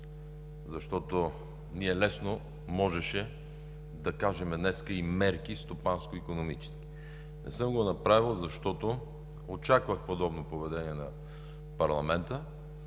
защото ние лесно можехме да кажем днес – и стопанско икономически мерки. Не съм го направил, защото очаквах подобно поведение на парламента.